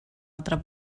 altra